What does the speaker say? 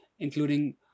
including